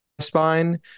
spine